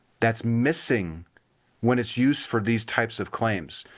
that's missing when it's used for these types of claims.